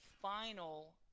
final